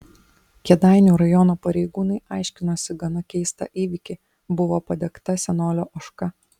kėdainių rajono pareigūnai aiškinosi gana keistą įvykį buvo padegta senolio ožka